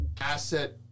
asset